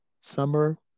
summer